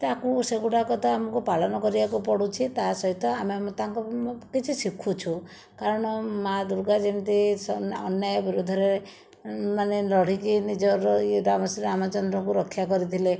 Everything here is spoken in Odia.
ତାକୁ ସେଗୁଡ଼ାକ ତ ଆମକୁ ପାଳନ କରିବାକୁ ପଡ଼ୁଛି ତା' ସହିତ କିଛି ଶିଖୁଛୁ କାରଣ ମା' ଦୂର୍ଗା ଯେମିତି ଅନ୍ୟାୟ ବିରୁଦ୍ଧରେ ମାନେ ଲଢ଼ିକି ନିଜର ଇଏ ପ୍ରଭୁ ଶ୍ରୀ ରାମଚନ୍ଦ୍ରଙ୍କୁ ରକ୍ଷା କରିଥିଲେ